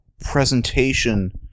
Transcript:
presentation